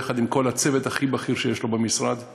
עם כל הצוות הכי בכיר שיש לו במשרד,